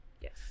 yes